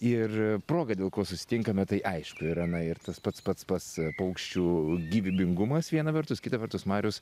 ir proga dėl ko susitinkame tai aišku yra na ir tas pats pats pats paukščių gyvybingumas viena vertus kita vertus marius